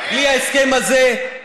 בלי ההסכם הזה,